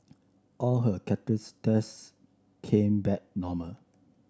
all her cardiac tests came back normal